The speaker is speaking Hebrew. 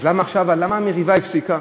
אז למה המריבה פסקה?